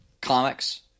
comics